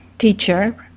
teacher